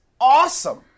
awesome